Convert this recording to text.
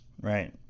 right